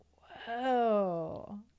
Whoa